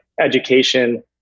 Education